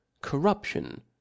corruption